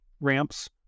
ramps